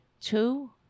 two